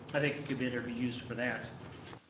i think it'd better be used for that.